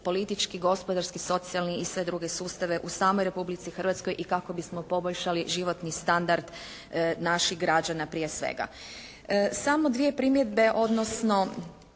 politički, gospodarski, socijalni i sve druge sustave u samoj Republici Hrvatskoj i kako bismo poboljšali životni standard naših građana prije svega. Samo dvije primjedbe odnosno